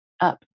up